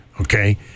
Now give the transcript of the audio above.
okay